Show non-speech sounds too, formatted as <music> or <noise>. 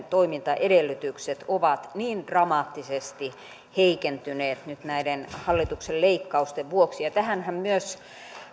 <unintelligible> toimintaedellytykset ovat niin dramaattisesti heikentyneet nyt näiden hallituksen leikkausten vuoksi tähänhän myös